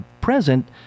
present